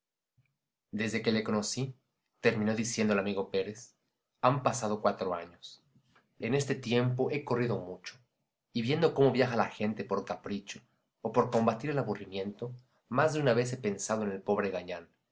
desde que le conocí terminó diciendo el amigo pérez han pasado cuatro años en este tiempo he corrido mucho y viendo cómo viaja la gente por capricho o por combatir el aburrimiento más de una vez he pensado en el pobre gañán